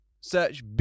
Search